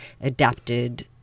adapted